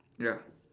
ya